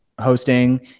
hosting